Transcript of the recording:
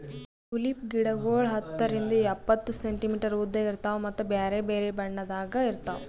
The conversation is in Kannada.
ಟುಲಿಪ್ ಗಿಡಗೊಳ್ ಹತ್ತರಿಂದ್ ಎಪ್ಪತ್ತು ಸೆಂಟಿಮೀಟರ್ ಉದ್ದ ಇರ್ತಾವ್ ಮತ್ತ ಬ್ಯಾರೆ ಬ್ಯಾರೆ ಬಣ್ಣದಾಗ್ ಇರ್ತಾವ್